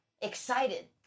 excited